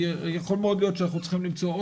ויכול מאוד להיות שאנחנו צריכים למצוא עוד